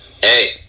Hey